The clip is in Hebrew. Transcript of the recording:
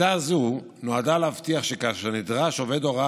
שיטה זו נועדה להבטיח שכאשר נדרש עובד הוראה